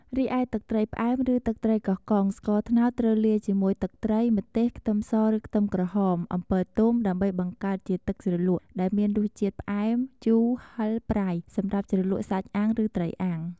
រីឯទឹកត្រីផ្អែមឬទឹកត្រីកោះកុង ស្ករត្នោតត្រូវលាយជាមួយទឹកត្រី ម្ទេស ខ្ទឹមសឬខ្ទឹមក្រហម អំពិលទុំ ដើម្បីបង្កើតជាទឹកជ្រលក់ដែលមានរសជាតិផ្អែម ជូរ ហឹរ ប្រៃ សម្រាប់ជ្រលក់សាច់អាំងឬត្រីអាំង។